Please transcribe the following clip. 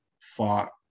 fought